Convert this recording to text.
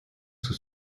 sous